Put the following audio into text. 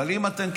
אבל אם אתם,